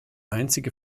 einzige